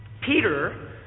Peter